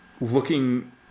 looking